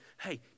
Hey